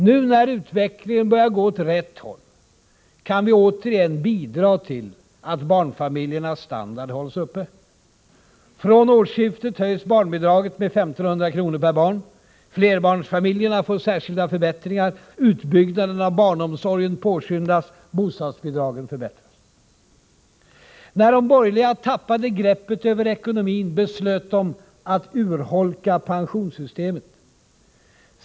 Nu när utvecklingen börjar gå åt rätt håll, kan vi återigen bidra till att barnfamiljernas standard hålls uppe. Från årsskiftet höjs barnbidraget med 1 500 kr. per barn. Flerbarnsfamiljerna får särskilda förbättringar. Utbyggnaden av barnomsorgen påskyndas. Bostadsbidragen förbättras. När de borgerliga tappade greppet över ekonomin beslutade de sig för att urholka pensionssystemet.